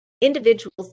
individuals